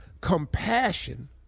compassion